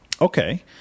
Okay